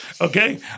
Okay